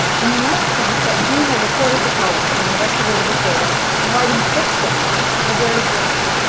and you might think that being a reporter for television, an investigative reporter, and writing fiction are very different.